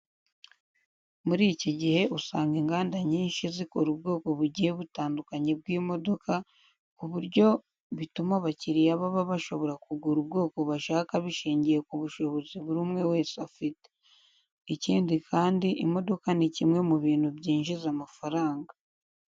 Muri iki gihe usanga inganda nyinshi zikora ubwoko bugiye butandukanye bw'imodoka ku buryo bituma abakiriya baba bashobora kugura ubwoko bashaka bishingiye ku bushobozi buri umwe wese afite. Ikindi kandi imodoka ni kimwe mu bintu byinjiza amafaranga.